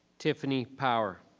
tiffany power.